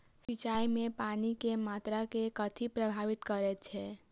सिंचाई मे पानि केँ मात्रा केँ कथी प्रभावित करैत छै?